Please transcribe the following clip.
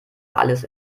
alles